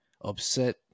upset